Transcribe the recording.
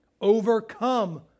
overcome